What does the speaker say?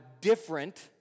different